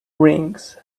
rings